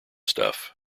stuff